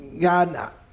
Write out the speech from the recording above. God